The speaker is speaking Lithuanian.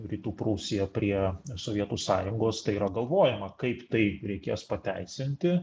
rytų prūsiją prie sovietų sąjungos tai yra galvojama kaip tai reikės pateisinti